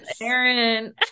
aaron